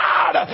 God